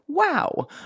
Wow